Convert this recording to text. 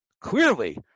clearly